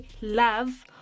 love